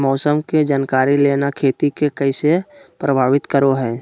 मौसम के जानकारी लेना खेती के कैसे प्रभावित करो है?